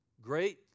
Great